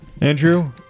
Andrew